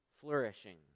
flourishing